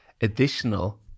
additional